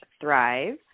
thrive